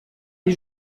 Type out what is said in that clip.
les